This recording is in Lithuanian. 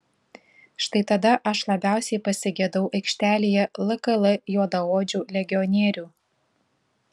štai tada aš labiausiai pasigedau aikštelėje lkl juodaodžių legionierių